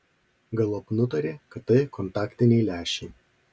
galop nutarė kad tai kontaktiniai lęšiai